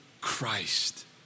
Christ